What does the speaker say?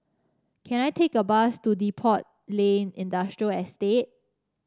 can I take a bus to Depot Lane Industrial Estate